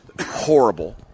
horrible